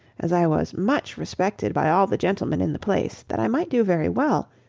as i was much respected by all the gentlemen in the place, that i might do very well,